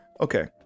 Okay